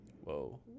Whoa